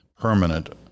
permanent